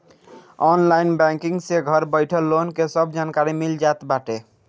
online banking से घर बइठल लोन के सब जानकारी मिल जात बाटे